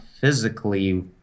physically